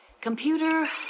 Computer